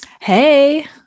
Hey